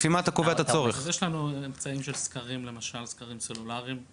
אז יש לנו אמצעים של סקרים למשל, סקרים סלולאריים.